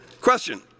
Question